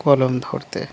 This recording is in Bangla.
কলম ধরতে